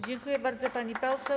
Dziękuję bardzo, pani poseł.